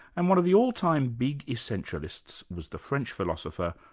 and one of the all-time big essentialists was the french philosopher,